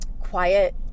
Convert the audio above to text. quiet